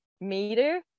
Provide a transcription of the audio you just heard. meter